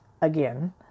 again